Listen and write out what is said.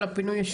פינוי ישובים.